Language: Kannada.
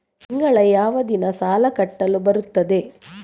ತಿಂಗಳ ಯಾವ ದಿನ ಸಾಲ ಕಟ್ಟಲು ಬರುತ್ತದೆ?